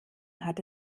hat